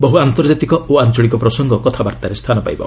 ବହୁ ଆନ୍ତର୍ଜାତିକ ଓ ଆଞ୍ଚଳିକ ପ୍ରସଙ୍ଗ କଥାବାର୍ତ୍ତାରେ ସ୍ଥାନ ପାଇବ